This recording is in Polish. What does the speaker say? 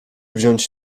wziąć